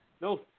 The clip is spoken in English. No